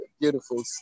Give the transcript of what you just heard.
beautiful